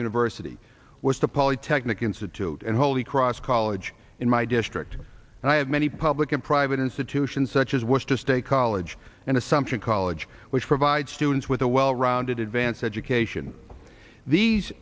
university was the polytechnic institute at holy cross college in my district and i have many public and private institutions such as was just a college and assumption college which provide students with a well rounded advance education these